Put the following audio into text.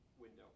window